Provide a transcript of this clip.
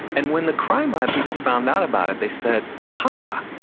and when the crime lab people found out about it they said, aha.